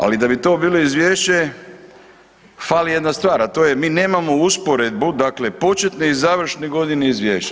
Ali da bi to bilo izvješće fali jedna stvar, a to je mi nemamo usporedbu dakle početne i završne godine izvješća.